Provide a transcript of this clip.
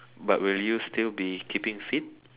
but will you still be keeping fit